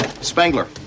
Spangler